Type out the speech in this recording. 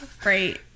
great